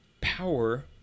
power